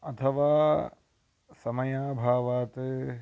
अथवा समयाभावात्